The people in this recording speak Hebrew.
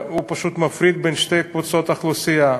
הוא פשוט מפריד בין שתי קבוצות אוכלוסייה.